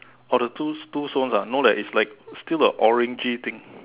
or the two two swans ah no leh it's like still a orangey thing